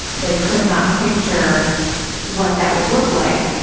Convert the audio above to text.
they could not picture what that would look like.